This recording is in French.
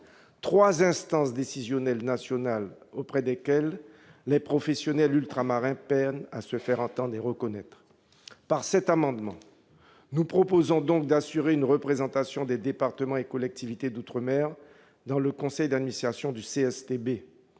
trois instances décisionnelles nationales desquelles les professionnels ultramarins peinent à se faire entendre et reconnaître. Par cet amendement, nous proposons donc d'assurer une représentation des départements et collectivités d'outre-mer dans le conseil d'administration du CSTB.